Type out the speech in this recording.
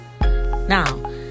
Now